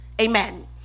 Amen